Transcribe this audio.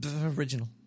original